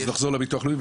נחזור לביטוח הלאומי.